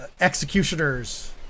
Executioner's